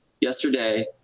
Yesterday